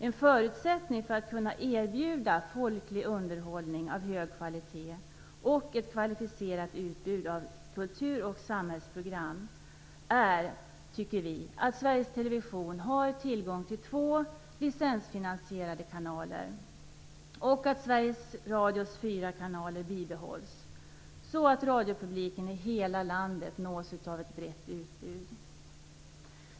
En förutsättning för att kunna erbjuda folklig underhållning av hög kvalitet och ett kvalificerat utbud av kultur och samhällsprogram är, tycker vi, att Sveriges Television har tillgång till två licensfinansierade kanaler och att Sveriges Radios fyra kanaler bibehålls så att radiopubliken i hela landet nås av ett brett utbud.